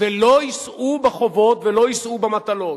ולא יישאו בחובות ולא יישאו במטלות.